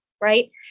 right